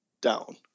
down